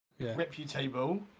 Reputable